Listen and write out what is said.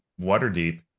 Waterdeep